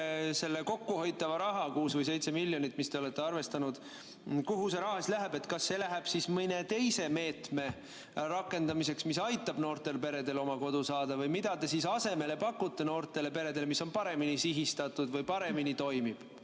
see kokkuhoitav raha, 6 või 7 miljonit, millega te olete arvestanud, kuhu see läheb? Kas see läheb siis mõne teise meetme rakendamiseks, mis aitab noortel peredel oma kodu saada? Või mida te noortele peredele asemele pakute oma kodu saamiseks, mis on paremini sihitatud või paremini toimib?